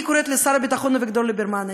אני קוראת לשר הביטחון אביגדור ליברמן,